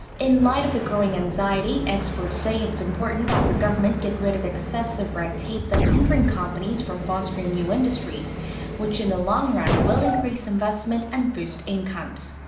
in light of the growing anxiety. experts say it's important that the government get rid of excessive red tape that's hindering companies from fostering new industries which in the long run. will increase investment and boost incomes.